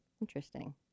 interesting